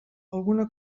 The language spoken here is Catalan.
alguna